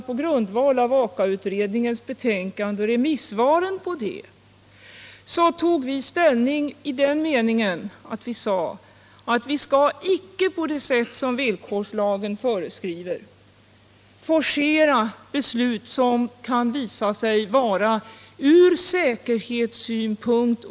På grundval av Aka-utredningens betänkande och remissvaren på det, tog vi ställning till avfallshanteringsfrågorna i den mening att vi sade att vi skall inte, på det sätt som villkorslagen föreskriver, forcera beslut som kan visa sig vara olämpliga från säkerhetssynpunkt.